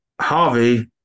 Harvey